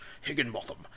Higginbotham